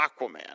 Aquaman